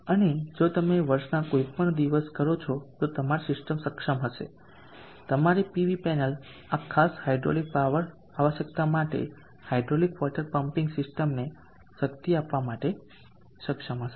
અને જો તમે વર્ષના કોઈપણ દિવસ કરો છો તો તમારી સિસ્ટમ સક્ષમ હશે તમારી પીવી પેનલ આ ખાસ હાઇડ્રોલિક પાવર આવશ્યકતા માટે આ હાઇડ્રોલિક વોટર પમ્પિંગ સિસ્ટમને શક્તિ આપવા માટે સક્ષમ હશે